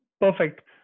Perfect